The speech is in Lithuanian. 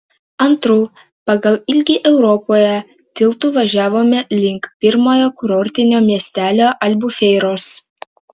antru pagal ilgį europoje tiltu važiavome link pirmojo kurortinio miestelio albufeiros